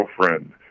girlfriend